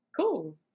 Cool